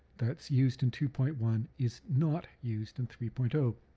that's used in two point one is not used in three point ah